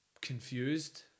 confused